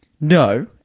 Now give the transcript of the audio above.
No